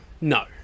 No